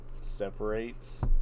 separates